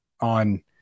on